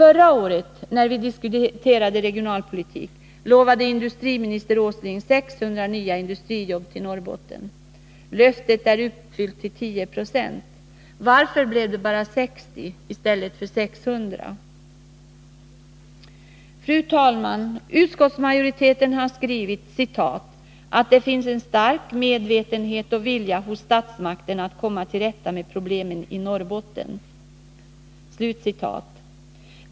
När vi förra året diskuterade regionalpolitik lovade industriminister Åsling 600 nya industrijobb till Norrbotten. Löftet är uppfyllt till 10 96. Varför blev det bara 60 i stället för 600? Fru talman! Utskottsmajoriteten har skrivit att ”det finns en stark medvetenhet och vilja hos statsmakterna att komma till rätta med problemen i Norrbotten”.